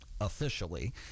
officially